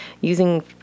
using